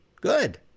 Good